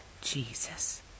Jesus